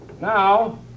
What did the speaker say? Now